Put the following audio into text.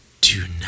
tonight